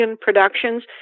Productions